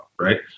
right